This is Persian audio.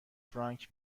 فرانک